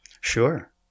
Sure